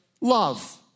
love